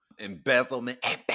embezzlement